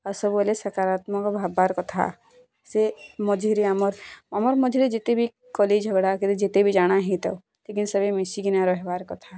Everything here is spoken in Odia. ଆଉ ସବୁବେଲେ ସକାରାତ୍ମକ ଭାବବାର୍ କଥା ସେ ମଝିରେ ଆମର୍ ଆମର୍ ମଝିରେ ଯେତେ ବି କଲିଝଗଡ଼ା କରି କି ଯେତେ ବି ଜାଣା ହେଇଥାଉ ଲେକିନ୍ ସଭିଏ ମିଶିକିନା ରହେବାର୍ କଥା